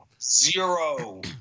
zero